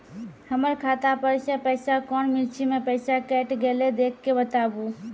हमर खाता पर से पैसा कौन मिर्ची मे पैसा कैट गेलौ देख के बताबू?